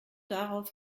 darauf